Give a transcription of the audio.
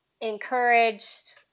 encouraged